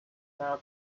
now